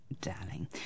Darling